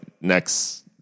next